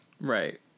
right